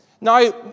Now